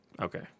Okay